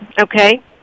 Okay